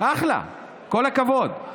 אחלה, כל הכבוד.